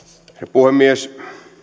puhemies